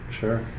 Sure